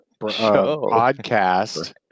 podcast